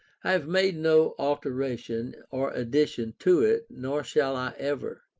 have made no alteration or addition to it, nor shall i ever.